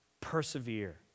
persevere